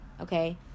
Okay